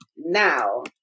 Now